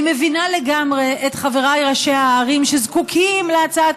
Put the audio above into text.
אני מבינה לגמרי את חבריי ראשי הערים שזקוקים להצעת